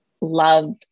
love